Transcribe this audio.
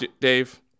Dave